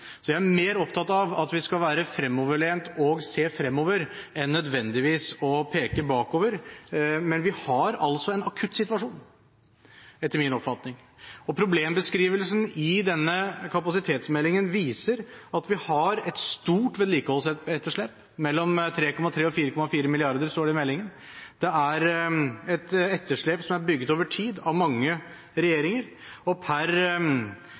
Så jeg er mer opptatt av at vi skal være fremoverlent og se fremover, enn nødvendigvis å peke bakover, men vi har altså en akutt situasjon, etter min oppfatning. Og problembeskrivelsen i denne kapasitetsmeldingen viser at vi har et stort vedlikeholdsetterslep – mellom 3,3 og 4,3 mrd. kr, står det i meldingen. Det er et etterslep som er bygget over tid, av mange regjeringer, og per